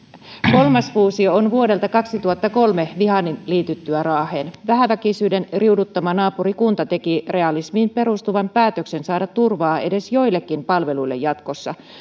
kolmas fuusio on vuodelta kaksituhattakolme vihannin liityttyä raaheen vähäväkisyyden riuduttama naapurikunta teki realismiin perustuvan päätöksen saada turvaa edes joillekin palveluille jatkossa